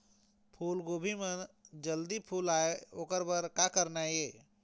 फूलगोभी म जल्दी फूल आय ओकर बर का करना ये?